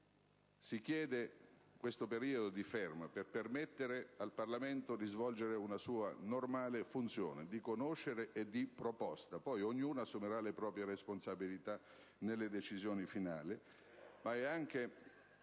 si chiede questo periodo di fermo per permettere al Parlamento di svolgere la sua normale funzione di conoscere e proporre (poi ognuno assumerà le proprie responsabilità nelle decisioni finali),